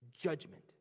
judgment